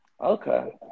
okay